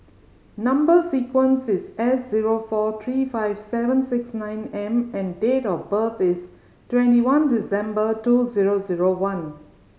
number sequence is S zero four three five seven six nine M and date of birth is twenty one December two zero zero one